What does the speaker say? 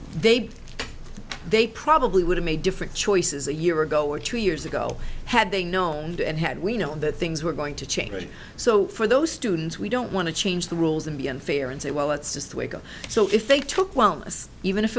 they'd they probably would have made different choices a year ago or two years ago had they known and had we known that things were going to change so for those students we don't want to change the rules and be unfair and say well let's just wait so if they took wellness even if